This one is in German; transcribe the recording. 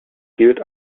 gilt